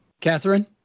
Catherine